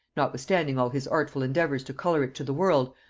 notwithstanding all his artful endeavours to color it to the world,